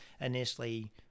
initially